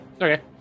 Okay